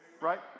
Right